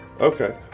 Okay